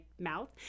mouth